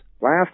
Last